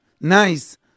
nice